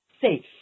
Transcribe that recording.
safe